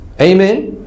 Amen